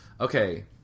okay